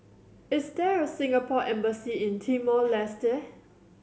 is there a Singapore Embassy in Timor Leste